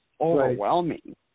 overwhelming